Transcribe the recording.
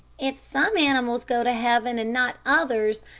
if some animals go to heaven and not others,